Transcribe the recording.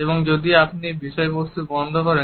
এবং যদি আপনি বিষয়বস্তু বন্ধ করেন